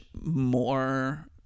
more